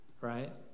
right